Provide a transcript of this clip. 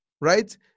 right